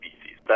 species